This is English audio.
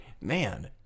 man